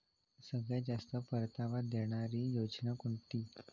सगळ्यात जास्त परतावा देणारी योजना कोणती?